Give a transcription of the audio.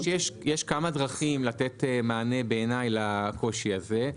יש כמה דרכים לתת מענה לקושי הזה.